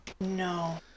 No